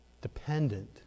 dependent